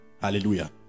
hallelujah